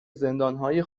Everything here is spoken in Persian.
زندانهای